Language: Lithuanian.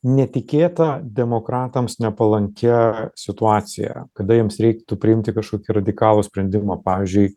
netikėta demokratams nepalankia situacija kada jiems reiktų priimti kažkokį radikalų sprendimą pavyzdžiui